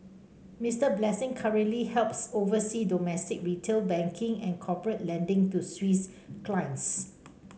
Mister Blessing currently helps oversee domestic retail banking and corporate lending to Swiss clients